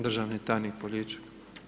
Državni tajnik Poljičak.